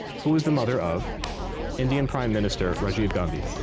who is the mother of indian prime minister rajiv gandhi?